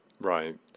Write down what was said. Right